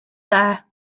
there